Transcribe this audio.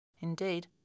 Indeed